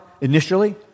initially